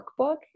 workbook